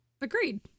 Agreed